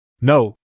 No